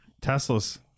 Tesla's